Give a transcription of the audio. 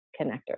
connector